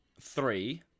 three